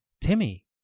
Timmy